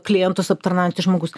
klientus aptarnaujantis žmogus